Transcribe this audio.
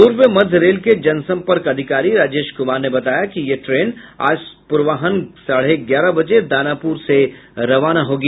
पूर्व मध्य रेल के जनसंपर्क अधिकारी राजेश कुमार ने बताया कि यह ट्रेन आज पूर्वाह्न साढ़े ग्यारह बजे दानापुर से रवाना होगी